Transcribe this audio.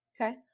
Okay